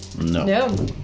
No